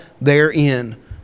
therein